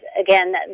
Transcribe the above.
again